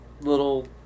little